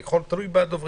אבל זה תלוי גם בדוברים.